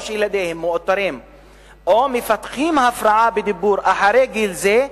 או שמאותרים או מפתחים הפרעה בדיבור אחרי גיל זה,